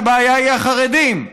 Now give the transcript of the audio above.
שהבעיה היא החרדים,